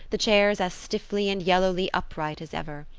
the chairs as stiffly and yellowly upright as ever.